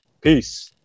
Peace